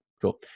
cool